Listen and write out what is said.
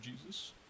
Jesus